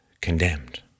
condemned